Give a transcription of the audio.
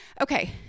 Okay